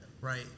right